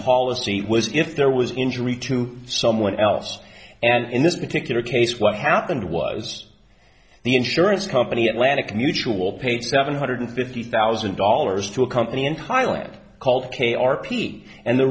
policy was if there was injury to someone else and in this particular case what happened was the insurance company atlantic mutual paid seven hundred fifty thousand dollars to a company in thailand called k r p and the